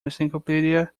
encyclopedia